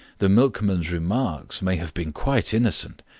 the milkman's remarks may have been quite innocent.